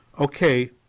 Okay